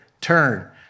Turn